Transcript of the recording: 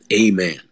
amen